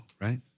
Right